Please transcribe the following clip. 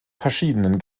verschiedenen